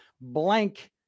blank